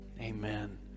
Amen